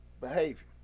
behavior